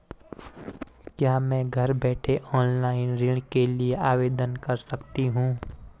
क्या मैं घर बैठे ऑनलाइन ऋण के लिए आवेदन कर सकती हूँ?